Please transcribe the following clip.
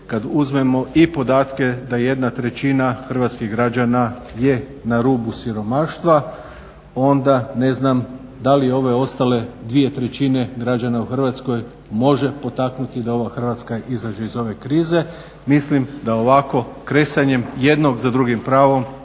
kada uzmemo i podatke da 1/3 hrvatskih građana je na rubu siromaštva onda ne znam da li ove ostale 2/3 građana u Hrvatskoj može potaknuti da ova Hrvatska izađe iz ove krize. Mislim da ovako kresanjem jednim za drugim pravo